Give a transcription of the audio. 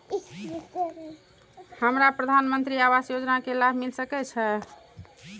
हमरा प्रधानमंत्री आवास योजना के लाभ मिल सके छे?